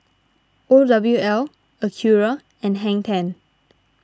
O W L Acura and Hang ten